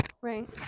Right